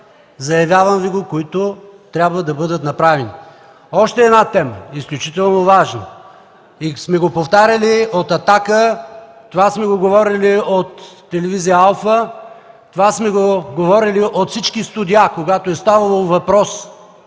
заявявам Ви го, които трябва да бъдат направени. Още една тема, изключително важна. Повтаряли сме го от „Атака”, това сме го говорили от телевизия „Алфа”, това сме го говорили от всички студия, в които сме били по